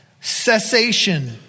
Cessation